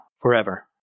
forever